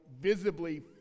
visibly